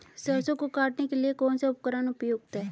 सरसों को काटने के लिये कौन सा उपकरण उपयुक्त है?